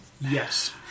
Yes